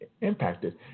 impacted